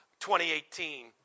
2018